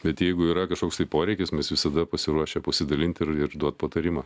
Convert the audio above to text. bet jeigu yra kažkoks tai poreikis mes visada pasiruošę pasidalinti ir ir duot patarimą